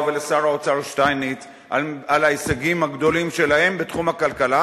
ולשר האוצר שטייניץ על ההישגים הגדולים שלהם בתחום הכלכלה,